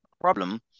problem